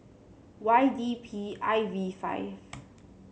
Y D P I V five